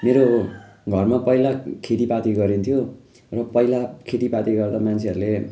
मेरो घरमा पहिला खेतीपाती गरिन्थ्यो र पहिला खेतीपाती गर्दा मान्छेहरूले